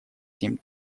семь